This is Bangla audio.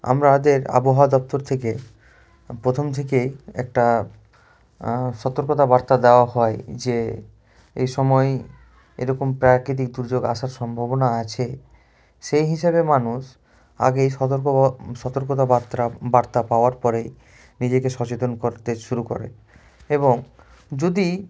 আমাদের আবহাওয়া দপ্তর থেকে প্রথম থেকেই একটা সতর্কতা বার্তা দেওয়া হয় যে এই সময় এরকম প্রাকৃতিক দুর্যোগ আসার সম্ভাবনা আছে সেই হিসাবে মানুষ আগেই সতর্ক সতর্কতা বার্তা বার্তা পাওয়ার পরেই নিজেকে সচেতন করতে শুরু করে এবং যদি